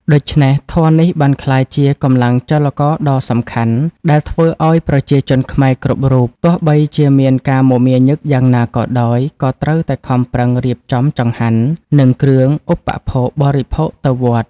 ដូច្នេះ ធម៌នេះបានក្លាយជាកម្លាំងចលករដ៏សំខាន់ ដែលធ្វើឱ្យប្រជាជនខ្មែរគ្រប់រូប ទោះបីជាមានការមមាញឹកយ៉ាងណាក៏ដោយ ក៏ត្រូវតែខំប្រឹងរៀបចំចង្ហាន់ និងគ្រឿងឧបភោគបរិភោគទៅវត្ត។